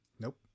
Nope